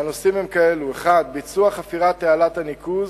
והנושאים הם אלו: ביצוע חפירת תעלת הניקוז: